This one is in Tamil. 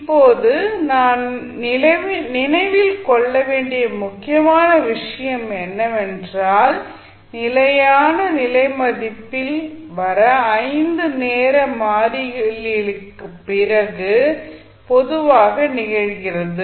இப்போது நாம் நினைவில் கொள்ள வேண்டிய முக்கியமான விஷயம் என்னவென்றால் நிலையான நிலை மதிப்பில் 5 நேர மாறிலிகளுக்குப் பிறகு பொதுவாக நிகழ்கிறது